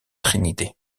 trinité